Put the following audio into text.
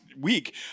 week